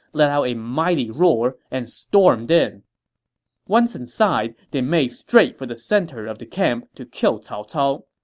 let out a mighty roar, and stormed in once inside, they made straight for the center of the camp to kill cao cao.